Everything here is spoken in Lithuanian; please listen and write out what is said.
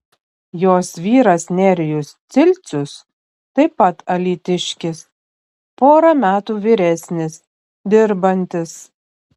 jos vyras nerijus cilcius taip pat alytiškis pora metų vyresnis dirbantis